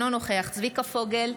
אינו נוכח צביקה פוגל,